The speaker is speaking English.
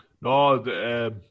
No